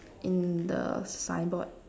in the signboard